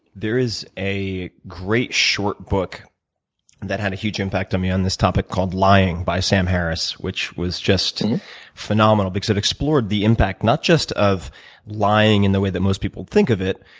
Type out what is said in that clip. there is a great short book that had a huge impact on me on this topic called lying, by sam harris which was just phenomenal because it explored the impact not just of lying in the way most people think of it,